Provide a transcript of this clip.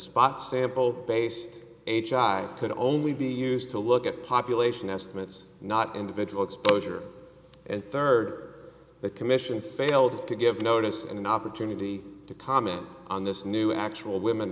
spot sample based a child could only be used to look at population estimates not individual exposure and third the commission failed to give notice and an opportunity to comment on this new actual women